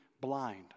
blind